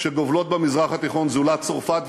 שגובלות במזרח התיכון זולת צרפת,